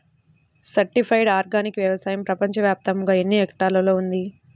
Certified organic వ్యవసాయం ప్రపంచ వ్యాప్తముగా ఎన్నిహెక్టర్లలో ఉంది?